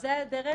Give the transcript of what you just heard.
זאת הדרך